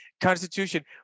constitution